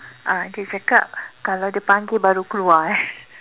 uh dia cakap kalau dia panggil baru keluar eh